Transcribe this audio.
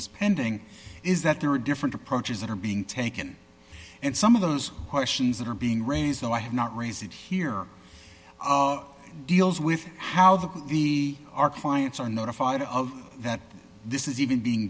is pending is that there are different approaches that are being taken and some of those questions that are being raised though i have not raised it here deals with how the could be our clients are notified of that this is even being